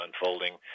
unfolding